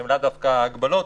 שהם לאו דווקא הגבלות.